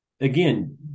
again